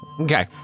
Okay